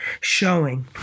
showing